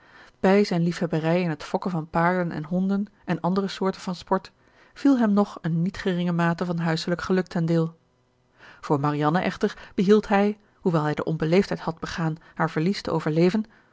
bij zijn liefhebberij in het fokken van paarden en honden en andere soorten van sport viel hem nog eene niet geringe mate van huiselijk geluk ten deel voor marianne echter behield hij hoewel hij de onbeleefdheid had begaan haar verlies te overleven